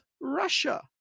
Russia